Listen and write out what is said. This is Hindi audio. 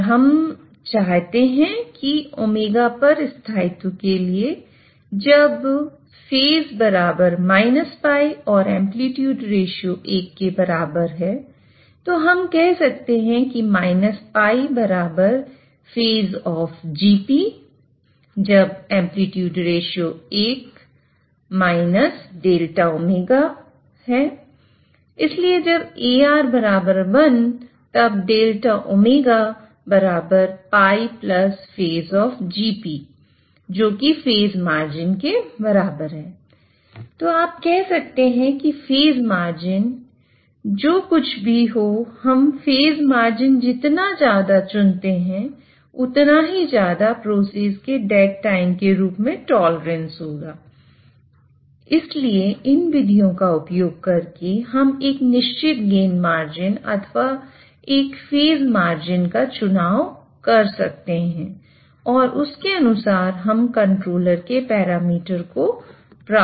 और अब हम चाहते हैं कि ω पर स्थायित्व के लिए जब φ л AR1 तो हम कह सकते हैं कि л phase of Gp जब AR1 delta ω इसलिए जब AR1 तब delta ω лphase of Gp जो कि फेज मार्जिन का चुनाव कर सकते हैं और उसके अनुसार हम कंट्रोलर के पैरामीटर को प्राप्त कर सकते हैं